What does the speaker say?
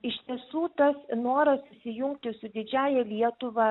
iš tiesų tas noras susijungti su didžiąja lietuva